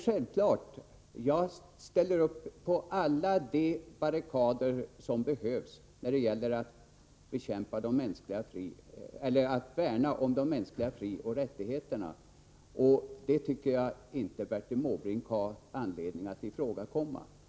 Jag ställer upp på alla de barrikader där det behövs för att värna om de mänskliga frioch rättigheterna, och det tycker jag att Bertil Måbrink inte har anledning att ifrågasätta.